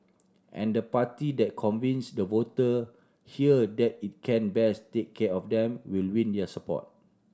and the party that convince the voter here that it can best take care of them will win their support